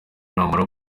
namara